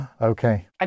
Okay